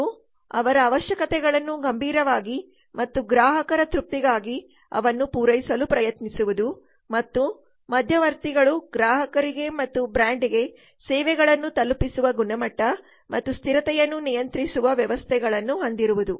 ಮತ್ತು ಅವರ ಅವಶ್ಯಕತೆಗಳನ್ನು ಗಂಭೀರವಾಗಿ ಮತ್ತು ಗ್ರಾಹಕರ ತೃಪ್ತಿಗಾಗಿ ಅವನ್ನು ಪೂರೈಸಲು ಪ್ರಯತ್ನಿಸುವುದು ಮತ್ತು ಮಧ್ಯವರ್ತಿಗಳು ಗ್ರಾಹಕರಿಗೆ ಮತ್ತು ಬ್ರ್ಯಾಂಡ್ಗೆ ಸೇವೆಗಳನ್ನು ತಲುಪಿಸುವ ಗುಣಮಟ್ಟ ಮತ್ತು ಸ್ಥಿರತೆಯನ್ನು ನಿಯಂತ್ರಿಸುವ ವ್ಯವಸ್ಥೆಗಳನ್ನು ಹೊಂದಿರುವುದು